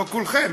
לא כולכם,